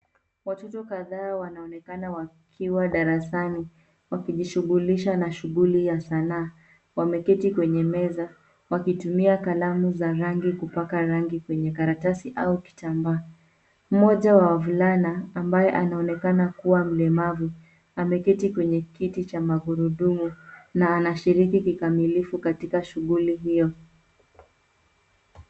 Watoto kadhaa wanaonekana wakiwa darasani wakijishughulisha na shughuli ya sanaa. Wameketi kwenye meza wakitumia kalamu za rangi kupaka rangi kwenye karatasi au kitambaa. Mmoja wa wavulana ambaye anaonekana kuwa mlemavu ameketi kwenye kiti cha magurudumu, na anashiriki kikamilifu katika shughuli hiyo.